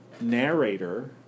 narrator